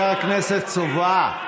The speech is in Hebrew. אתה פעם הורדת מחירים?